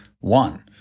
one